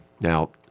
Now